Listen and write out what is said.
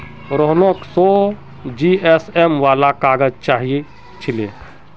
रोहनक सौ जीएसएम वाला काग़ज़ चाहिए छिले